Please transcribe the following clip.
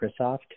Microsoft